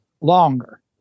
longer